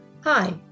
Hi